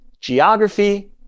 geography